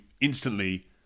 instantly